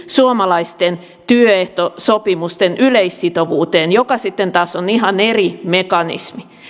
suomalaisten työehtosopimusten yleissitovuuteen joka sitten taas on ihan eri mekanismi